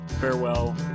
farewell